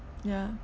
yeah